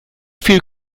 viel